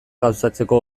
gauzatzeko